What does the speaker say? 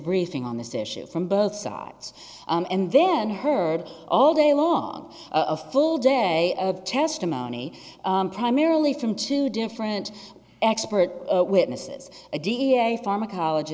briefing on this issue from both sides and then heard all day long a full day of testimony primarily from two different expert witnesses a d a pharmacolog